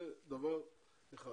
זה דבר אחד.